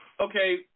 Okay